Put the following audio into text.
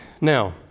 Now